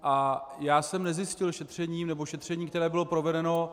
A já jsem nezjistil šetřením, nebo šetření, které bylo provedeno...